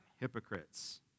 hypocrites